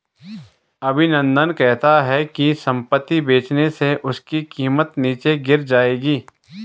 अभिनंदन कहता है कि संपत्ति बेचने से उसकी कीमत नीचे गिर जाएगी